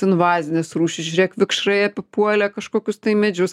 invazinės rūšys žiūrėk vikšrai apipuolė kažkokius tai medžius